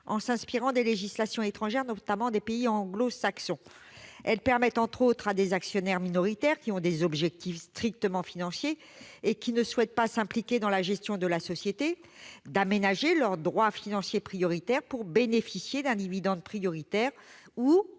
en s'inspirant des législations étrangères, notamment celles des pays anglo-saxons. Elles permettent entre autres à des actionnaires minoritaires, qui ont des objectifs strictement financiers et qui ne souhaitent pas s'impliquer dans la gestion de la société, d'aménager leur droit financier prioritaire pour bénéficier d'un dividende prioritaire ou d'une